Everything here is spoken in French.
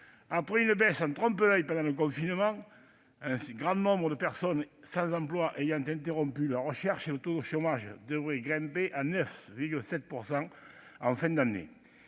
Après une baisse en trompe-l'oeil pendant le confinement- un grand nombre de personnes sans emploi ayant interrompu leurs recherches -, le taux de chômage devrait grimper à 9,7 % en fin d'année.